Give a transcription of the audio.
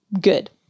good